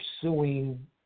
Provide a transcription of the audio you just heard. pursuing